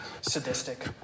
sadistic